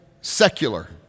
secular